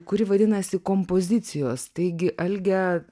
kuri vadinasi kompozicijos taigi alge